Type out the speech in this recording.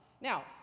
Now